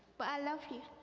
but i love you.